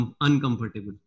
uncomfortable